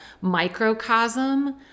microcosm